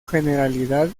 generalidad